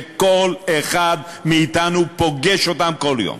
שכל אחד מאתנו פוגש אותם כל יום.